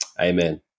amen